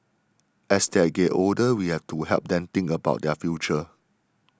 as they're get older we have to help them think about their future